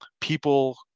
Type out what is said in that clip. people